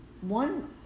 One